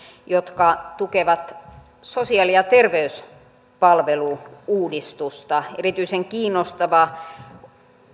jotka tukevat sosiaali ja terveyspalvelu uudistusta erityisen kiinnostava